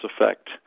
effect